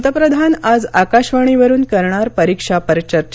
पंतप्रधान आज आकाशवाणीवरून करणार परिक्षा पर चर्चा